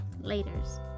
Later's